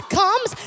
comes